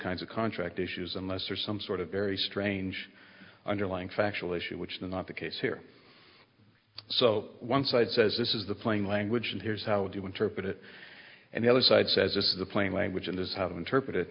kinds of contract issues unless there's some sort of very strange underlying factual issue which is not the case here so one side says this is the plain language and here's how you interpret it and the other side says this is the plain language in this how to interpret